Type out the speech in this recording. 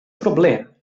problem